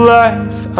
life